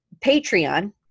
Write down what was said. Patreon